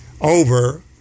over